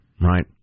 right